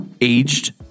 aged